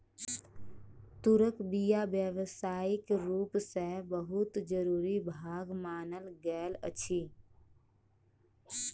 तूरक बीया व्यावसायिक रूप सॅ बहुत जरूरी भाग मानल गेल अछि